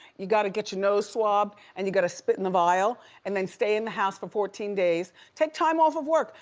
you gotta get your nose swabbed, and you gotta spit in the vial. and then stay in the house for fourteen days. take time off of work.